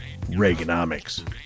Reaganomics